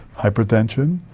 hypertension,